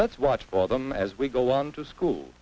let's watch for them as we go along to school